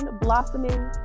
blossoming